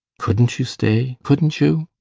couldn't you stay? couldn't you?